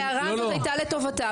ההערה הזאת הייתה לטובתם.